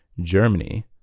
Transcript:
Germany